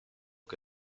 che